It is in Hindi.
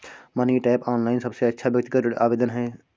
मनी टैप, ऑनलाइन सबसे अच्छा व्यक्तिगत ऋण आवेदन है